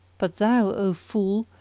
but thou, o fool,